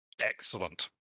Excellent